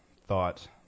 thought